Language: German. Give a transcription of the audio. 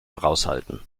heraushalten